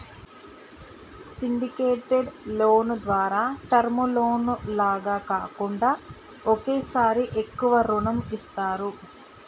syndicated loan ద్వారా term loan లాగా కాకుండా ఒకేసారి ఎక్కువ రుణం ఇస్తారు